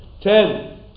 Ten